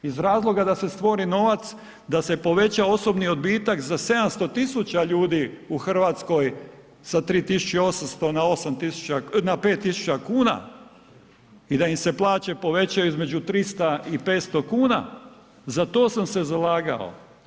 Iz razloga da se stvori novac, da se poveća osobni odbitak za 700.000 ljudi u Hrvatskoj sa 3.800 na 5.000 kuna i da im se plaće povećaju između 300 i 500 kuna, za to sam se zalagao.